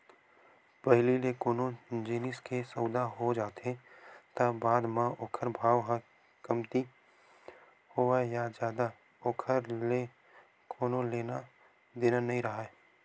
पहिली ले कोनो जिनिस के सउदा हो जाथे त बाद म ओखर भाव ह कमती होवय या जादा ओखर ले कोनो लेना देना नइ राहय